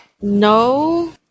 no